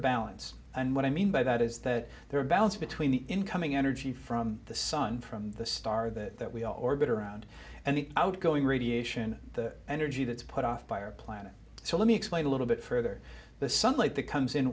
balance and what i mean by that is that they're a balance between the incoming energy from the sun from the star that we all orbit around and the outgoing read ation the energy that's put off by our planet so let me explain a little bit further the sunlight that comes in